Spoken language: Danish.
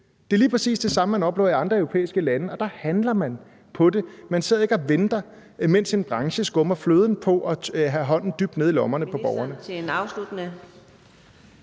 Det er lige præcis det samme, man oplever i andre europæiske lande, og der handler man på det. Man sidder ikke og venter, mens en branche skummer fløden på at have hånden dybt nede i lommerne på borgerne.